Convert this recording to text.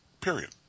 Period